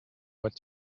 what